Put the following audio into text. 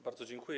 Bardzo dziękuję.